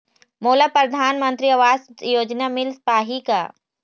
मोला परधानमंतरी आवास योजना मिल पाही का?